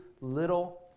little